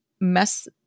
Mess